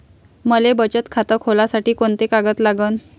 मले बचत खातं खोलासाठी कोंते कागद लागन?